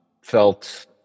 felt